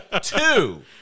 Two